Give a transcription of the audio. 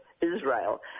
Israel